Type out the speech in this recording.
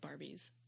Barbies